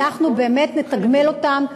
אנחנו באמת נתגמל אותם,